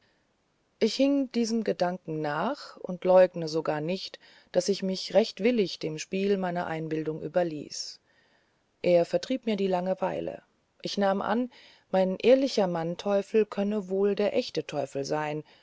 ich hing diesem gedanken nach und läugne sogar nicht daß ich mich recht willig dem spiel meiner einbildungen überließ er vertrieb mir die langeweile ich nahm an mein ehrlicher mannteuffel könnte wohl der echte teufel sein